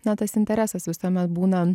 na tas interesas visuomet būna